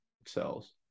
excels